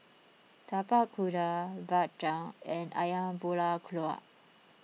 Tapak Kuda Bak Chang and Ayam Buah Keluak